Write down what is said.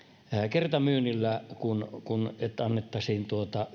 kertamyynnillä kuin niin että annettaisiin